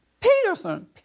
Peterson